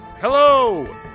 Hello